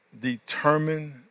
determined